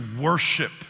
worship